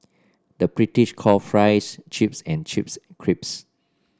the British call fries chips and chips crisps